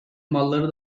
malları